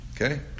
Okay